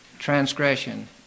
transgression